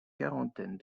quarantaine